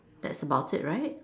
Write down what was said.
that's about it right